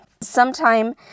Sometime